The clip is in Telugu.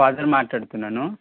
ఫాదర్ మాట్లాడుతున్నాను